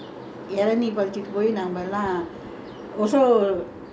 also somebody's house lah on the way all pluck and go